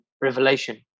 revelation